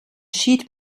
sheet